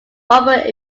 offered